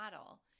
model